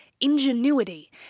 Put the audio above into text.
ingenuity